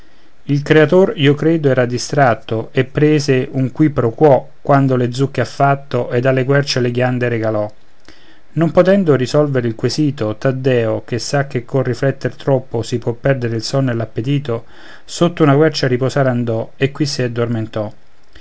il creator io credo era distratto e prese un qui pro quo quando le zucche ha fatto e alle querce le ghiande regalò non potendo risolvere il quesito taddeo che sa che col rifletter troppo si può perdere il sonno e l'appetito sotto una quercia a riposar andò e qui si addormentò